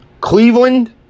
Cleveland